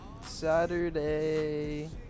Saturday